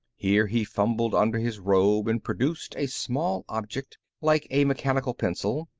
here he fumbled under his robe and produced a small object like a mechanical pencil,